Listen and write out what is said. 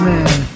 Man